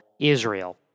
Israel